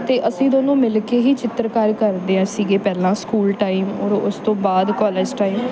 ਅਤੇ ਅਸੀਂ ਦੋਨੋਂ ਮਿਲ ਕੇ ਹੀ ਚਿੱਤਰਕਾਰ ਕਰਦੇ ਹਾਂ ਸੀਗੇ ਪਹਿਲਾਂ ਸਕੂਲ ਟਾਈਮ ਔਰ ਉਸ ਤੋਂ ਬਾਅਦ ਕੋਲਜ ਟਾਈਮ